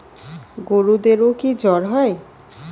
গরুদেরও কি জ্বর হয়?